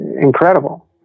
incredible